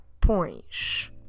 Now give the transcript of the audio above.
points